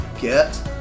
get